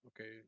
Okay